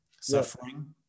suffering